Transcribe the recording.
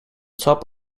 top